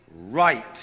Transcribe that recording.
right